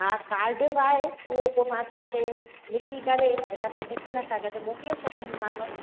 हा काड बि आहे उहो पोइ मां तव्हांखे लिखी करे इनसां किशन सां गॾु मोकिले छॾींदीमांव